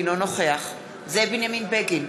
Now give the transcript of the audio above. אינו נוכח זאב בנימין בגין,